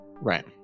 right